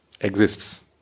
exists